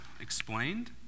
explained